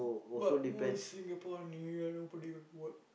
but most Singapore New Year what do you do what